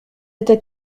était